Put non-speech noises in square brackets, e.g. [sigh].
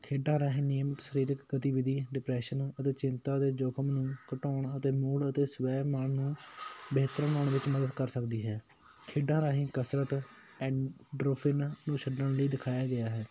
ਖੇਡਾਂ ਰਾਹੀਂ ਨਿਯਮਿਤ ਸਰੀਰਕ ਗਤੀਵਿਧੀ ਡਿਪਰੈਸ਼ਨ ਅਤੇ ਚਿੰਤਾ ਦੇ ਜ਼ੋਖਿਮ ਨੂੰ ਘਟਾਉਣ ਅਤੇ ਮੂੜ ਅਤੇ ਸਵੈਮਾਨ ਨੂੰ ਬਿਹਤਰ ਬਣਾਉਣ ਵਿੱਚ ਮਦਦ ਕਰ ਸਕਦੀ ਹੈ ਖੇਡਾਂ ਰਾਹੀਂ ਕਸਰਤ [unintelligible] ਨੂੰ ਛੱਡਣ ਲਈ ਦਿਖਾਇਆ ਗਿਆ ਹੈ